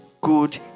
good